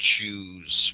choose